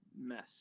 mess